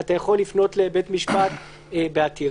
אתה יכול לפנות לבית משפט בעתירה.